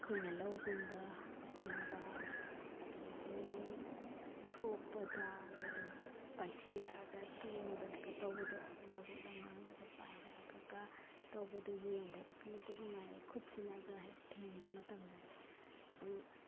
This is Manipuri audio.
ꯑꯩꯈꯣꯏꯅ ꯂꯧꯒꯨꯝꯕ ꯀꯨꯝꯕ ꯑꯗꯒꯤ ꯊꯣꯛꯄꯗ ꯂꯩꯗꯅ ꯄꯥꯏꯁꯤꯜꯂꯛꯑꯒ ꯇꯣꯡꯗꯅꯒ ꯇꯧꯕꯗꯣ ꯂꯧꯕꯨꯛ ꯂꯝꯍꯥꯡꯗꯒ ꯄꯥꯏꯔꯛꯑꯒ ꯇꯧꯕꯗꯨ ꯌꯦꯡꯕꯗ ꯑꯗꯨꯛꯀꯤ ꯃꯇꯤꯛ ꯅꯨꯡꯉꯥꯏ ꯈꯨꯠꯁꯤꯅꯒ ꯍꯦꯛ ꯊꯦꯡꯕ ꯃꯇꯝꯗ ꯁꯨꯝ